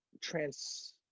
trans